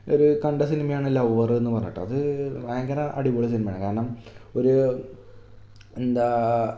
ഒരു കണ്ട സിനിമയാണ് ലൗവറെന്നു പറഞ്ഞിട്ട് അതു ഭയങ്കര അടിപൊളി സിനിമയാണ് കാരണം ഒരു എന്താ